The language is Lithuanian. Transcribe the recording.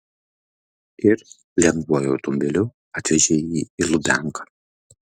ir lengvuoju automobiliu atvežė jį į lubianką